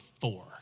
four